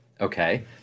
okay